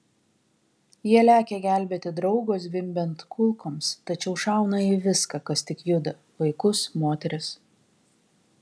jie lekia gelbėti draugo zvimbiant kulkoms tačiau šauna į viską kas tik juda vaikus moteris